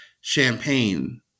champagne